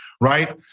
right